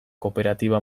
kooperatiba